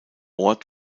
ort